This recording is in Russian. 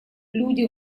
люди